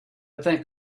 think